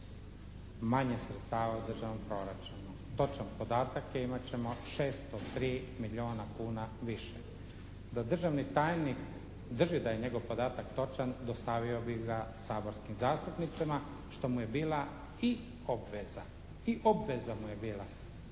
manje sredstava u državnom proračunu. Točan podatak je imat ćemo 603 milijuna kuna više. Da državni tajnik drži da je njegov podatak točan dostavio bi ga saborskim zastupnicima što mu je bila i obveza. I obveza mu je bila.